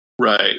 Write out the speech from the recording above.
Right